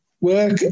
work